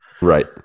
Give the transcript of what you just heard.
Right